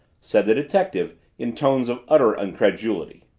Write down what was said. said the detective in tones of utter incredulity.